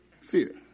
fear